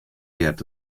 heart